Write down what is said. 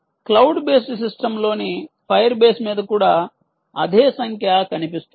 cloud based సిస్టమ్లోని Firebase మీద కూడా అదే సంఖ్య కనిపిస్తుంది